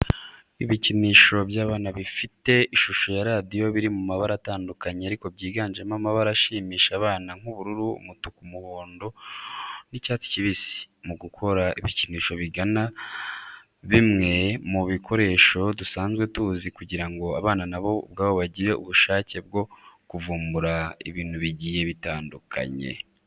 Ibikinisho by'abana bifite ishusho ya radio biri mu mabara atandukanye ariko byiganjemo amabara ashimisha abana nk'ubururu, umutuku, umuhondo n'icyatsi kibisi. Mu gukora ibikinisho bigana bimwe mu bikoresho dusanzwe tuzi kugira ngo abana nabo ubwabo bagire ubushake bwo kuvumbura ibintu bigiye bitandukanye.